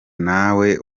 nawe